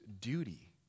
duty